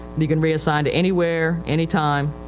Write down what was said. you can reassign to anywhere, anytime,